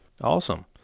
Awesome